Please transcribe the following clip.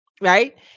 right